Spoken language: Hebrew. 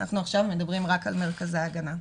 אנחנו עכשיו מדברים רק על מרכזי ההגנה.